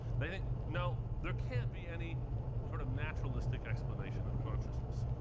they think, no, there can't be any sort of naturalistic explanation of consciousness.